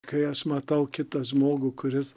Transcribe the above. kai aš matau kitą žmogų kuris